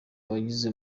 bagize